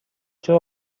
چرا